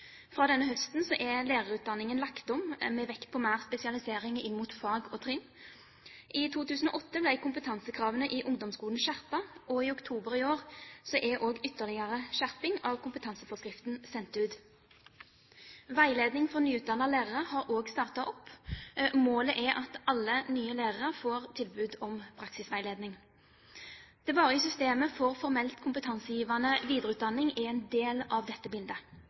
Fra denne høsten er lærerutdanningen lagt om med vekt på mer spesialisering inn mot fag og trinn. I 2008 ble kompetansekravene i ungdomsskolen skjerpet, og i oktober i år er også en ytterligere skjerping av kompetanseforskriften sendt ut. Veiledning for nyutdannede lærere har også startet opp. Målet er at alle nye lærere får tilbud om praksisveiledning. Det varige systemet for formell kompetansegivende videreutdanning er en del av dette bildet.